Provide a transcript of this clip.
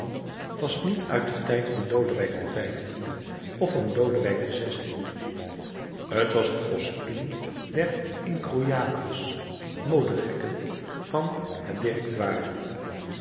was niet uit den tijd van lodewijk xv of van lodewijk xvi t was het kostuum der incroyables modegekken van het